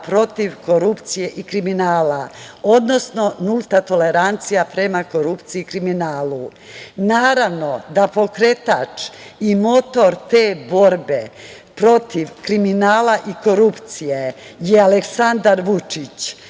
protiv korupcije i kriminala, odnosno nulta tolerancija prema korupciji i kriminalu. Naravno da pokretač i motor te borbe protiv kriminala i korupcije, je Aleksandar Vučić,